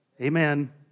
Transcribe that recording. Amen